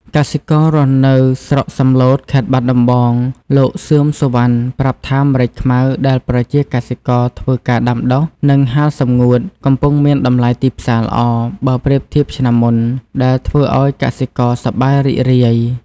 កសិកររស់នៅស្រុកសំឡូត ខេត្តបាត់ដំបង លោក សឿម សុវណ្ណ ប្រាប់ថា ម្រេចខ្មៅដែលប្រជាកសិករធ្វើការដាំដុះ និងហាលសម្ងួត កំពុងមានតម្លៃទីផ្សារល្អ បើប្រៀបធៀបឆ្នាំមុន ដែលធ្វើឲ្យកសិករសប្បាយរីករាយ។